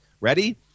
Ready